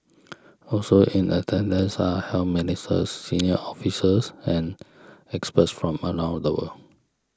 also in attendance are health ministers senior officials and experts from around the world